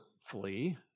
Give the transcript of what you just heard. flee